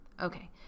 okay